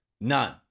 none